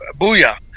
booyah